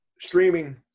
streaming